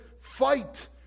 fight